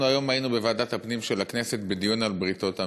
אנחנו היינו היום בוועדת הפנים של הכנסת בדיון על בריתות-מילה,